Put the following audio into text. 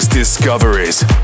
Discoveries